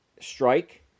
strike